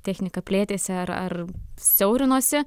technika plėtėsi ar ar siaurinosi